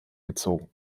gezogen